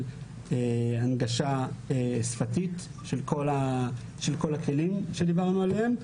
הנגשה שפתית של כל הכלים שדיברנו עליהם,